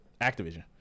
activision